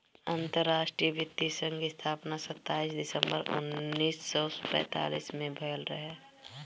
अंतरराष्ट्रीय वित्तीय संघ स्थापना सताईस दिसंबर उन्नीस सौ पैतालीस में भयल रहे